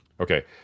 Okay